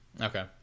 Okay